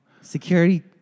Security